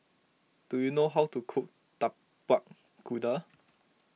do you know how to cook Tapak Kuda